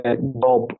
Bob